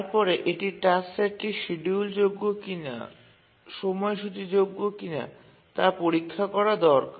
তারপরে এটি টাস্ক সেটটি সময়সূচীযোগ্য কিনা তা পরীক্ষা করা দরকার